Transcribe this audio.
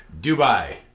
Dubai